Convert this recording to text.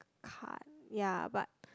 card ya but